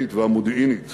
האסטרטגית והמודיעינית